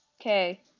Okay